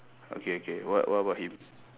okay okay what what about him